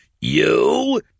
You